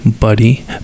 Buddy